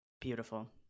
beautiful